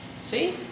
See